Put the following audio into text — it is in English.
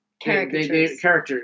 Character